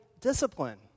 discipline